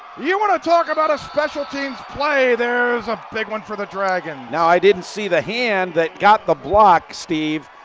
you want to talk about a special teams play there's a big one for the dragons. now i didn't see the hand that got the block steve,